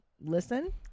Listen